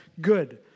good